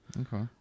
Okay